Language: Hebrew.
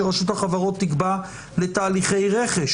שרשות החברות תקבע לתהליכי רכש,